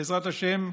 בעזרת השם,